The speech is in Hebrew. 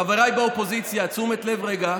חבריי באופוזיציה, תשומת לב רגע.